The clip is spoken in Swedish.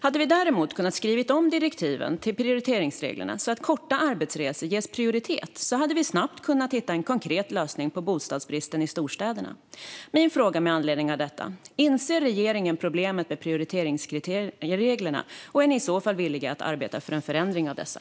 Om vi hade kunnat skriva om direktiven till prioriteringsreglerna så att korta arbetsresor däremot ges prioritet hade vi snabbt kunnat hitta en konkret lösning på bostadsbristen i storstäderna. Min fråga med anledning av detta är: Inser regeringen problemet med prioriteringsreglerna, och är ni i så fall villiga att arbeta för en förändring av dessa?